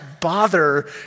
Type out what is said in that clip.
bother